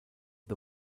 the